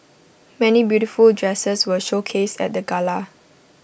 many beautiful dresses were showcased at the gala